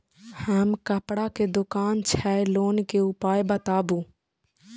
हमर कपड़ा के दुकान छै लोन के उपाय बताबू?